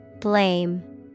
Blame